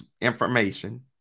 information